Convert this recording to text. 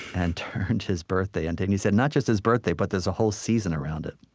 and turned his birthday into and he said not just his birthday, but there's a whole season around it.